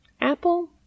Apple